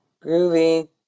Groovy